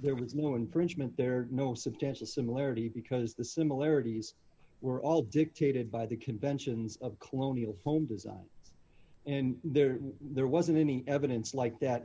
there was no infringement there no substantial similarity because the similarities were all dictated by the conventions of colonial home design and there there wasn't any evidence like that